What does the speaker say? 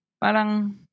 parang